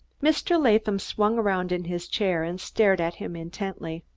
mr. latham swung around in his chair and stared at him intently.